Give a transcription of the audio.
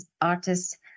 artists